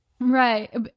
Right